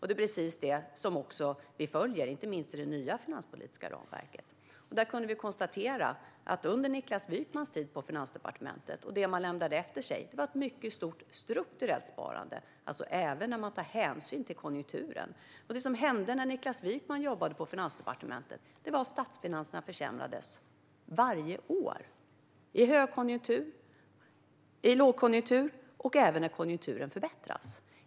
Det är precis det som vi följer, inte minst i det nya finanspolitiska ramverket. Där kunde vi konstatera att det under Niklas Wykmans tid på Finansdepartementet fanns ett mycket stort strukturellt sparande, även när man tar hänsyn till konjunkturen, och det lämnade man efter sig. Det som hände när Niklas Wykman jobbade på Finansdepartementet var att statsfinanserna försämrades varje år, i högkonjunktur, i lågkonjunktur och även när konjunkturen förbättrades.